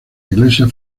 iglesia